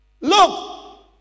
look